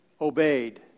obeyed